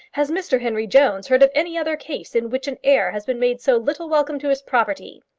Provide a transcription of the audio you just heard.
has mr henry jones heard of any other case in which an heir has been made so little welcome to his property?